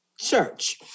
church